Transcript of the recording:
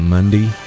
Monday